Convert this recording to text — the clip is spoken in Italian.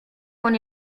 con